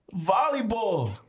Volleyball